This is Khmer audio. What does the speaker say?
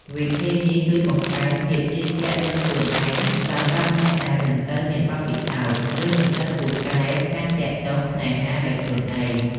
វិធីនេះជួយបង្កើនភាពជឿជាក់លើខ្លួនឯង សម្រាប់អ្នកដែលមិនសូវមានបទពិសោធន៍ ឬមិនសូវពូកែខាងការទាក់ទងស្នេហាដោយខ្លួនឯង។